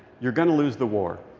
you're going to lose the war.